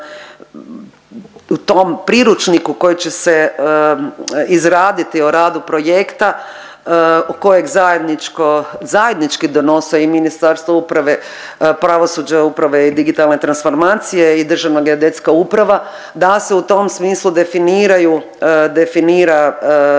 u tom priručniku koji će se izraditi o radu projektu kojeg zajednički donose i Ministarstvo uprave, pravosuđa, uprave i digitalne transformacije i Državna geodetska uprava da se u tom smislu definira